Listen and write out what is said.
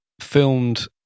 filmed